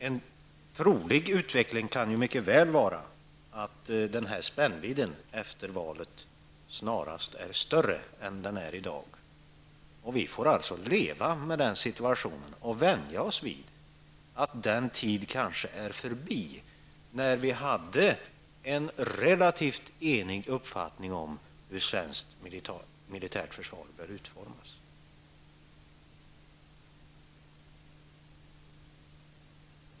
En trolig utveckling kan mycket väl vara att spännvidden efter valet snarast är större än den är i dag. Vi får alltså leva med den situationen och vänja oss vid tanken att den tiden kanske är förbi då vi hade en relativ enig uppfattning om hur svenskt militärt försvar bör utformas.